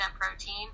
protein